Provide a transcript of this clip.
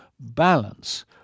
balance